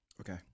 Okay